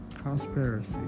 Conspiracy